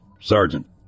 Sergeant